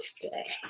today